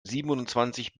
siebenundzwanzig